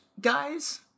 guys